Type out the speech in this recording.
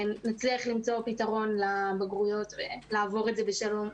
נצליח למצוא פתרון לבגרויות ולעבור את זה בשלום.